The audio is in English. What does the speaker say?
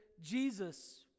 Jesus